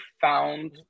found